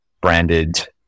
branded